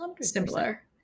simpler